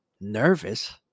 nervous